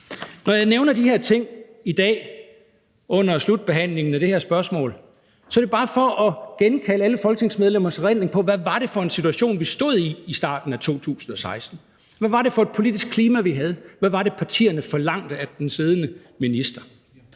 Når jeg nævner de her ting i dag under slutbehandlingen af det her spørgsmål, er det bare for at genkalde alle folketingsmedlemmers erindring om, hvad det var for en situation, vi stod i i starten af 2016. Hvad var det for et politisk klima, vi havde? Hvad var det, partierne forlangte af den siddende minister?